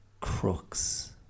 crooks